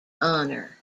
honor